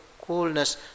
coolness